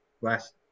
last